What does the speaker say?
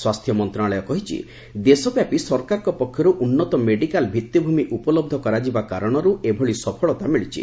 ସ୍ୱାସ୍ଥ୍ୟ ମନ୍ତ୍ରଣାଳୟ କହିଛି ଦେଶବ୍ୟାପୀ ସରକାରଙ୍କ ପକ୍ଷରୁ ଉନ୍ନତ ମେଡିକାଲ ଭିଭିମି ଉପଲହ କରାଯିବା କାରଣରୁ ଏଭଳି ସଫଳତା ମିଳିଛି